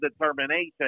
determination